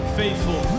faithful